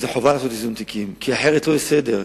וזו חובה לעשות איזון תיקים כי אחרת לא יהיה סדר,